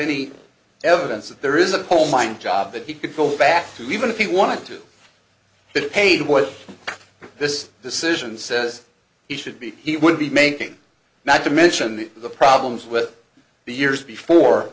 any evidence that there is a whole mind job that he could go back to even if he wanted to get paid what this decision says he should be he would be making not to mention the problems with the years before